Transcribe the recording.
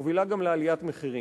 מובילה גם לעליית מחירים,